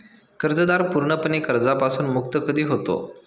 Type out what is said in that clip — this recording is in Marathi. कर्जदार पूर्णपणे कर्जापासून मुक्त कधी होतो?